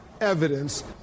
evidence